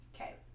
Okay